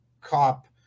cop